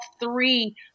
three